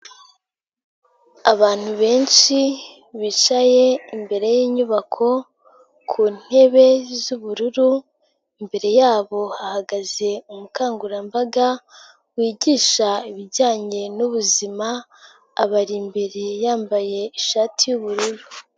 Abantu benshi bicaye imbere y'inyubako ku ntebe z'ubururu, imbere yabo hahagaze umukangurambaga wigisha ibijyanye n'ubuzima, abari imbere yambaye ishati y'ubururu.